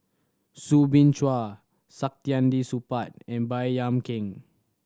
Soo Bin Chua Saktiandi Supaat and Baey Yam Keng